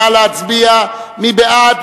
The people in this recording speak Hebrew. נא להצביע, מי בעד?